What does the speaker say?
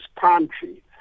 country